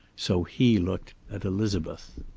so he looked at elizabeth.